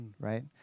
Right